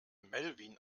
melvin